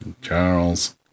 Charles